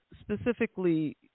specifically